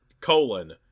colon